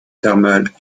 thermale